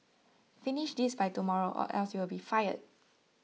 finish this by tomorrow or else you'll be fired